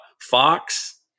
Fox